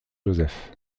joseph